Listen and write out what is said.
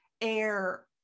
air